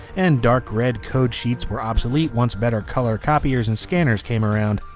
and dark red code sheets were obsolete once better color copiers and scanners came around.